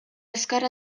azkar